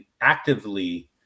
actively